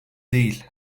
değil